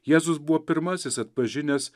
jėzus buvo pirmasis atpažinęs